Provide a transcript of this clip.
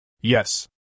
Yes